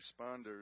responders